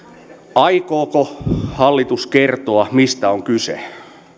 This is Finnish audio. aikooko hallitus kertoa mistä on kyse